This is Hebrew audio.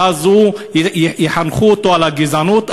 ואז יחנכו אותו על גזענות.